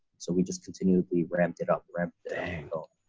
so we just continuously ramped it up ramp dangle.